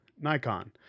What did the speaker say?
Nikon